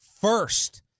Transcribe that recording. first